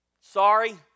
sorry